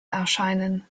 erscheinen